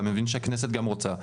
ואני מבין שהכנסת גם רוצה,